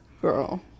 Girl